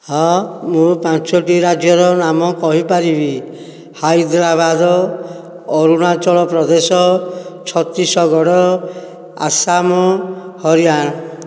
ହଁ ମୁଁ ପାଞ୍ଚୋଟି ରାଜ୍ୟର ନାମ କହିପାରିବି ହାଇଦ୍ରାବାଦ ଅରୁଣାଚଳ ପ୍ରଦେଶ ଛତିଶଗଡ଼ ଆସାମ ହରିୟାନା